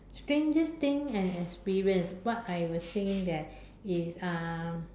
strangest thing and experience what I was saying that is um